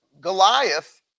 Goliath